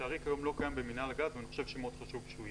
לצערי כיום לא קיים במינהל הגז ואני חושב שמאוד חשוב שהוא יהיה.